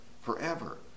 forever